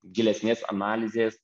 gilesnės analizės